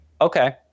Okay